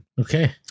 Okay